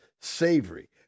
Savory